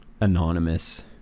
anonymous